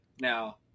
Now